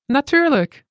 Natuurlijk